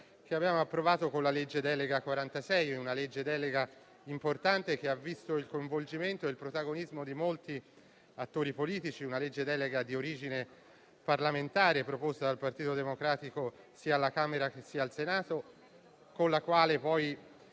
che abbiamo approvato con la legge delega n. 46 di quest'anno: una legge delega importante, che ha visto il coinvolgimento e il protagonismo di molti attori politici; una legge delega di origine parlamentare, proposta dal Partito Democratico sia alla Camera sia al Senato, sulla quale